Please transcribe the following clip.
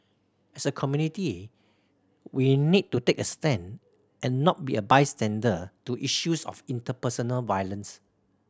as a community we need to take a stand and not be a bystander to issues of interpersonal violence